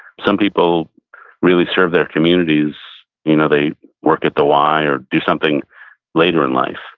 some people really serve their communities, you know they work at the y or do something later in life,